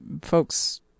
folks